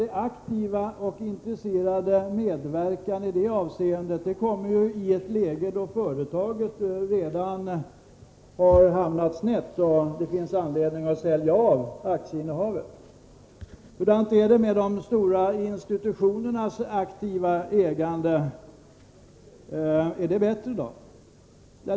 En aktiv och intresserad medverkan i det här avseendet kommer i ett läge där företaget redan har hamnat snett och det finns anledning att sälja ut aktieinnehavet. Hur förhåller det sig med de stora institutionernas aktiva ägande? Är det bättre?